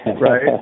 right